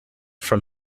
from